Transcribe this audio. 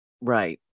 Right